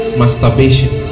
masturbation